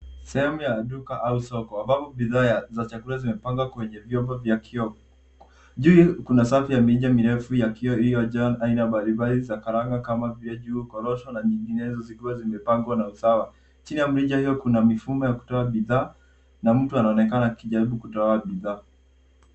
Sehemu ya duka au soko ambapo bidhaa za chakula zimepangwa kwenye vyombo vya kioo. Juu kuna safu ya mirija mirefu ya kioo iliyo jaa aina mbalimbali za karanga kama vile njugu, korosho na nyinginezo zikiwa zimepangwa na usawa. Chini ya mirija hiyo kuna mifumo ya kutoa bidhaa na mtu anaonekana akijaribu kutoa bidhaa.